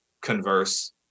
converse